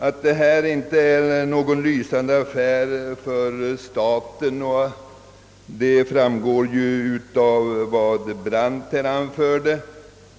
Att detta inte är någon lysande affär för staten framgår av vad herr Brandt anfört.